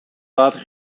water